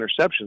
interceptions